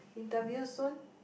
interview soon